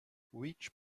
which